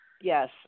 Yes